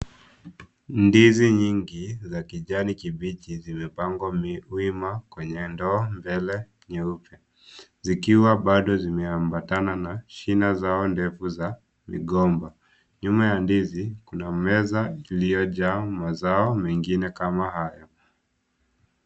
Ndizi nyingi za kijani kibichi zimepangwa wima kwenye ndoo mbele nyeupe zikiwa bado zimeambatana na shina zao ndefu za migomba. Nyuma ya ndizi kuna meza iliyojaa mazao mengine kama hayo.